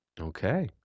Okay